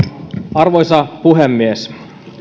arvoisa puhemies